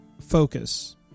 focus